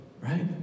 right